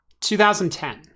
2010